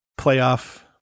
playoff